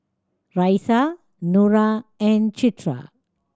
Raisya Nura and Citra